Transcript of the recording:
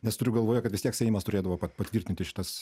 nes turiu galvoje kad vis tiek seimas turėdavo patvirtinti šitas